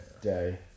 day